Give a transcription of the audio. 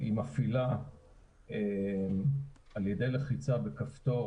שמפעילה על ידי לחיצה על כפתור.